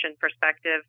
perspective